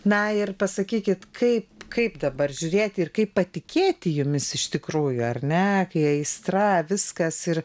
na ir pasakykit kaip kaip dabar žiūrėti ir kaip patikėti jumis iš tikrųjų ar ne kai aistra viskas ir